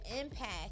impact